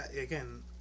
again